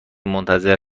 منتظر